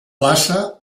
plaça